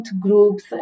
groups